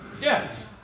yes